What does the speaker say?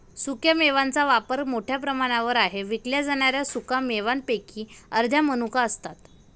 सुक्या मेव्यांचा वापर मोठ्या प्रमाणावर आहे विकल्या जाणाऱ्या सुका मेव्यांपैकी अर्ध्या मनुका असतात